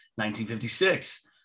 1956